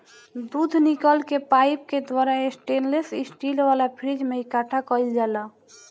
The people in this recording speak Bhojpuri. दूध निकल के पाइप के द्वारा स्टेनलेस स्टील वाला फ्रिज में इकठ्ठा कईल जाला